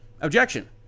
Objection